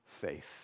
faith